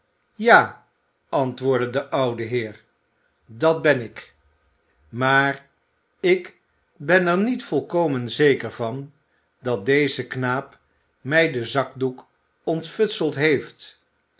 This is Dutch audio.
ja antwoordde de oude heer dat ben ik maar ik ben er niet volkomen zeker van dat deze knaap mij den zakdoek ontfutseld heeft